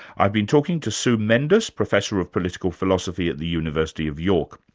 i've been talking to sue mendus, professor of political philosophy at the university of york.